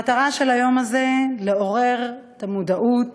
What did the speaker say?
המטרה של היום הזה היא לעורר את המודעות,